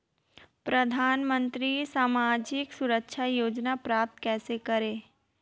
प्रधानमंत्री सामाजिक सुरक्षा योजना प्राप्त कैसे करें?